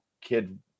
kid